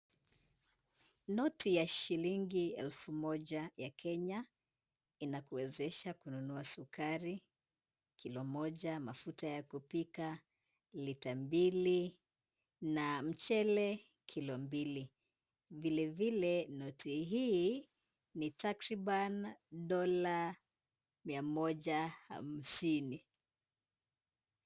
Noti ya shilingi elfu moja ya Kenya. Inakuwezesha kununua sukari kilo moja, mafuta ya kupika lita mbili na mchele kilo mbili. Vilevile noti hii ni takriban dola mia moja hamsini.